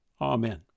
Amen